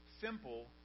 simple